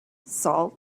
salt